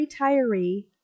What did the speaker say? retiree